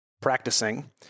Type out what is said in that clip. practicing